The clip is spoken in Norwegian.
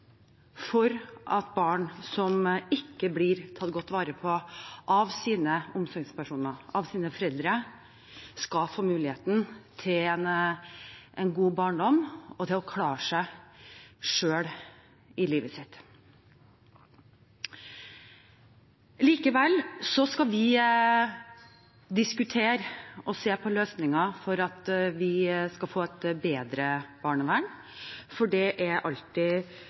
ikke blir tatt godt vare på av sine omsorgspersoner, av sine foreldre, skal få muligheten til en god barndom og til å klare seg selv i livet. Likevel skal vi diskutere og se på løsninger for at vi skal få et bedre barnevern, for det er alltid